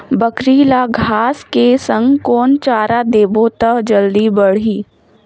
बकरी ल घांस के संग कौन चारा देबो त जल्दी बढाही?